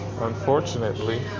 Unfortunately